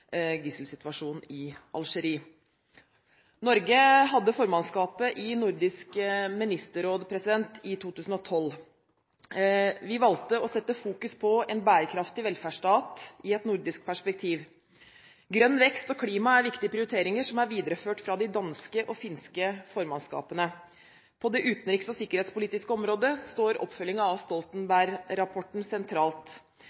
gisselsituasjonen i Algerie. Norge hadde formannskapet i Nordisk ministerråd i 2012. Vi valgte å sette fokus på en bærekraftig velferdsstat i et nordisk perspektiv. Grønn vekst og klima er viktige prioriteringer som er videreført fra de danske og finske formannskapene. På det utenriks- og sikkerhetspolitiske området står oppfølgingen av